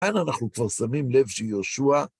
כאן אנחנו כבר שמים לב שיהושע